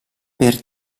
per